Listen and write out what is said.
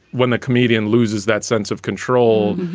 when the comedian loses that sense of control.